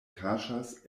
kaŝas